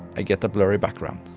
i get a blurry background.